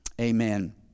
Amen